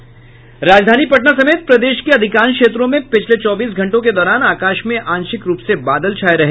राजधानी पटना समेत प्रदेश के अधिकांश क्षेत्रों में पिछले चौबीस घंटों के दौरान आकाश में आंशिक रूप से बादल छाये रहे